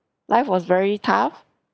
life was very tough